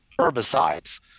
herbicides